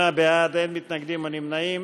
28 בעד, אין מתנגדים או נמנעים.